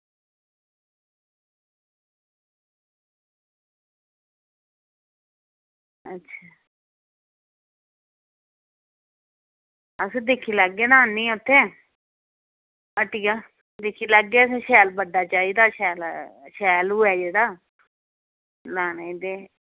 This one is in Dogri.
अच्छा अस दिक्खी लैगे ना आह्नियै उत्थें हट्टिया दिक्खी लैगे असें शैल बड्डा चाहिदा शैल शैल होऐ जेह्ड़ा लाने दे